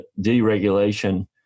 deregulation